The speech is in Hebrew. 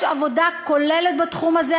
יש עבודה כוללת בתחום הזה.